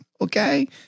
Okay